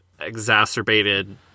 exacerbated